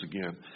again